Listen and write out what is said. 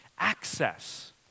Access